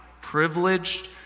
privileged